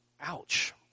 ouch